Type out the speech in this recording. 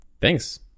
Thanks